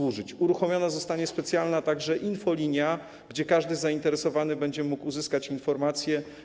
Uruchomiona zostanie także specjalna infolinia, gdzie każdy zainteresowany będzie mógł uzyskać informację.